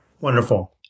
Wonderful